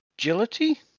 Agility